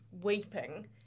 weeping